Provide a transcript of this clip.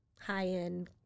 high-end